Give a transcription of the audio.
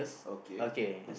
okay